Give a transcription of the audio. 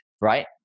right